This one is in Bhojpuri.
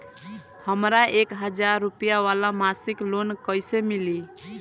हमरा एक हज़ार रुपया वाला मासिक लोन कईसे मिली?